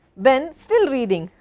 ben, still reading,